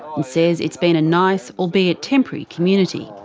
and says it's been a nice, albeit temporary, community.